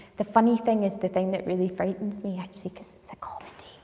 the funny thing is the thing that really frightens me, actually, cause it's a comedy.